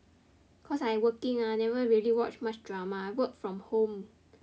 cause I working ah never really watch much drama work from home